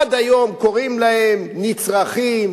עד היום קוראים להם "נצרכים",